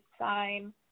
sign